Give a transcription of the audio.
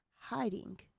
hiding